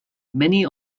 many